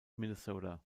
minnesota